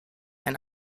ein